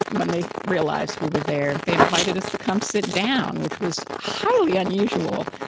when they realized we were there, they invited us to come sit down, which was highly unusual.